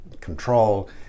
control